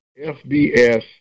FBS